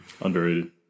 Underrated